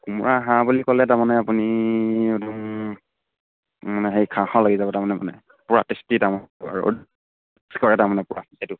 কোমোৰা হাঁহ বুলি ক'লে তাৰমানে আপুনি একদম মানে সেই খাওঁ খাওঁ লাগি যাব তাৰমানে মানে পুৰা টেষ্টি তাম তাৰমানে পূৰা এইটো